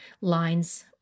lines